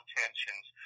tensions